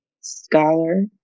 scholar